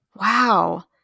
wow